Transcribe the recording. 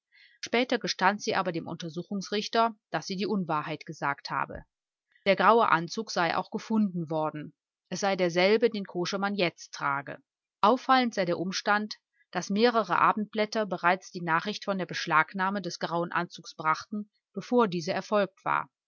später gestand sie aber dem untersuchungsrichter daß sie die unwahrheit gesagt habe der graue anzug sei auch gefunden worden es sei derselbe den koschemann jetzt trage auffallend sei der umstand daß mehrere abendblätter bereits die nachricht von der beschlagnahme des grauen anzuges brachten bevor sie erfolgt war